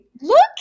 Look